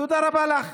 תודה רבה לך.